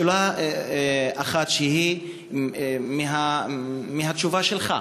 שאלה אחת, שהיא מהתשובה שלך: